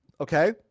okay